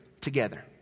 together